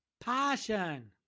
Passion